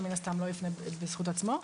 שמן הסתם לא יפנה בזכות עצמו,